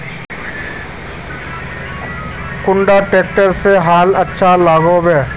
कुन ट्रैक्टर से हाल अच्छा लागोहो होबे?